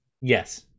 yes